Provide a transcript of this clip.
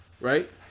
right